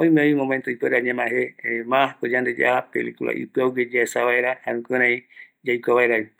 oimevi momento yande puerevaera ñamae je masko yande jaja película ipïaugue yaesa vaera jare jukurai yaikua vaeravi.